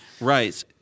Right